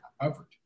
covered